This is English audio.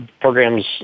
programs